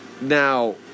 Now